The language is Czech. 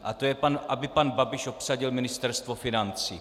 A to je, aby pan Babiš obsadil Ministerstvo financí.